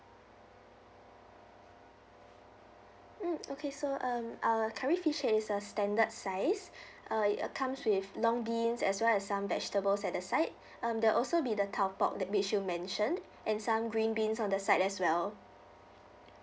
mm okay so um our curry fish head is a standard size uh it uh comes with long beans as well as some vegetables at the side um they'll also be the tau pork that which you mentioned and some green beans on the side as well